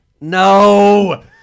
No